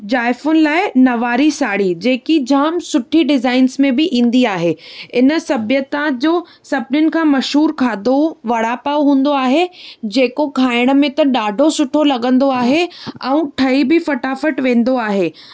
जाइफ़ुनि लाइ नवारी साढ़ी जेकी जाम सुठी डिज़ाइन्स में बि ईंदी आहे इन सभ्यता जो सभिनिन खां मशहूर खाधो वड़ा पाव हूंदो आहे जेको खाइण में त ॾाढो सुठो लॻंदो आहे ऐं ठही बि फ़टाफ़ट वेंदो आहे